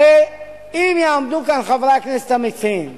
הרי אם יעמדו כאן חברי הכנסת המציעים